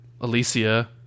Alicia